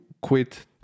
quit